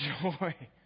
joy